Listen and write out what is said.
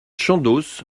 chandos